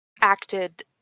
acted